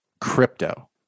crypto